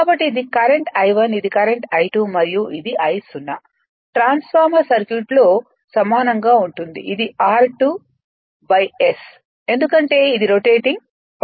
కాబట్టి ఇది కరెంట్ I1ఇది కరెంట్ I2 మరియు ఇది I0 ట్రాన్స్ఫార్మర్ సర్క్యూట్తో సమానంగా ఉంటుంది ఇది r2' S ఎందుకంటే ఇది రొటేటింగ్ పరికరం